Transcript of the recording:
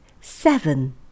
Seven